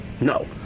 No